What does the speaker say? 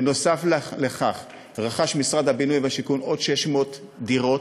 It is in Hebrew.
בנוסף, משרד הבינוי והשיכון רכש עוד 600 דירות.